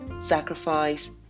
sacrifice